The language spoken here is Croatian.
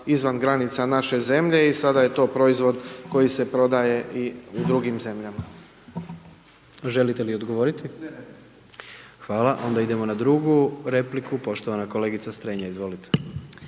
izvan granica naše zemlje i sada je to proizvod koji se prodaje i u drugim zemljama. **Jandroković, Gordan (HDZ)** Želite li odgovoriti? Hvala. Onda idemo na drugu repliku, poštovana kolegice Strenja, izvolite.